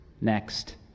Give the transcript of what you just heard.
Next